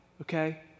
okay